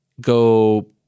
go